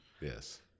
Yes